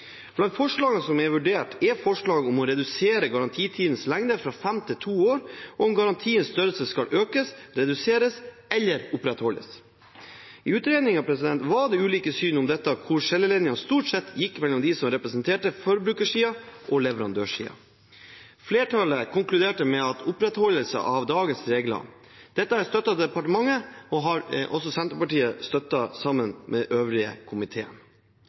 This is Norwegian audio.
Blant forslagene som er vurdert, er forslag om å redusere garantitidens lengde fra fem til to år og om garantiens størrelse skal økes, reduseres eller opprettholdes. I utredningen var det ulike syn på dette, hvor skillelinjene stort sett gikk mellom dem som representerte forbrukersiden, og dem som representerte leverandørsiden. Flertallet konkluderte med opprettholdelse av dagens regler. Dette er støttet av departementet, og også Senterpartiet, sammen med de øvrige medlemmene i komiteen,